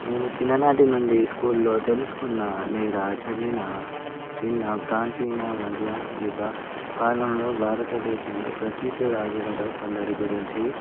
మేము చిన్ననాటి నుండి స్కూల్లో తెలుసుకున్నా లేదా చదివినా విన్న ప్రాచీన మధ్య యుగ కాలంలో భారత దేశంలో ప్రసిద్ధ రాజులలో కొందరి గురించి